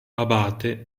abate